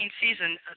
season